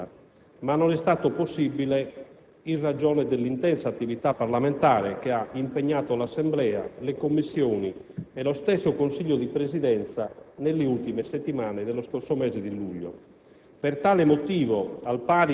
prima della pausa estiva, ma non è stato possibile in ragione dell'intensa attività parlamentare che ha impegnato l'Assemblea, le Commissioni e lo stesso Consiglio di Presidenza nelle ultime settimane dello scorso mese di luglio.